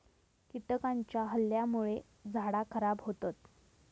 कीटकांच्या हल्ल्यामुळे झाडा खराब होतत